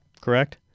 correct